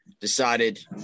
decided